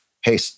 hey